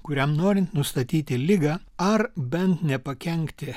kuriam norint nustatyti ligą ar bent nepakenkti